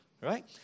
right